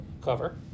cover